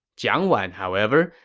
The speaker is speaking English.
jiang wan, however,